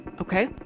Okay